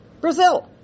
Brazil